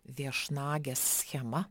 viešnagės schema